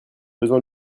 besoin